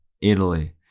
Italy